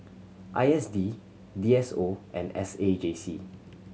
I S D D S O and S A J C